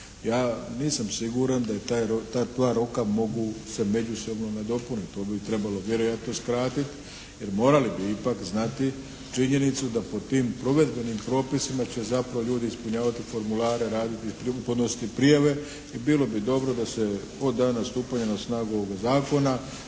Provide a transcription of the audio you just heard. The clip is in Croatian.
Ja nisam siguran da je ta, da ta dva roku mogu se međusobno nadopuniti. To bi trebalo vjerojatno skratiti. Jer morali bi ipak znati činjenicu da pod tim provedbenim propisima će zapravo ljudi ispunjavati formulare, raditi, podnositi prijave i bilo bi dobro da se od dana stupanja na snagu ovoga Zakona